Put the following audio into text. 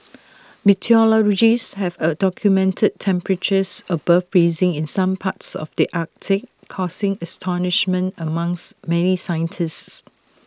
meteorologists have A documented temperatures above freezing in some parts of the Arctic causing astonishment among's many scientists